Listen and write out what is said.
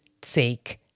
take